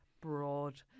broad